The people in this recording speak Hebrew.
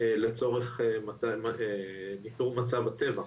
לצורך ניתור מצב הטבע,